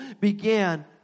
began